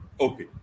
Okay